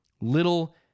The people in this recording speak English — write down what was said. little